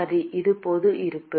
சரி இது பொது இருப்பு